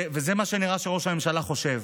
וזה מה שנראה שראש הממשלה חושב,